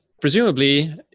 presumably